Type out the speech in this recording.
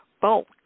Bulk